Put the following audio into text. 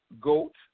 goat